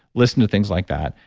listen to things like that.